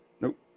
nope